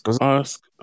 ask